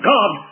God